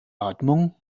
atmung